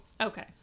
Okay